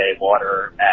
water